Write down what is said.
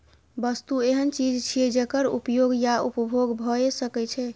वस्तु एहन चीज छियै, जेकर उपयोग या उपभोग भए सकै छै